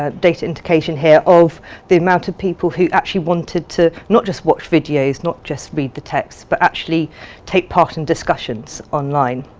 ah data indication here of the amount of people who actually wanted to not just watch videos, not just read the text but actually take part in discussions online.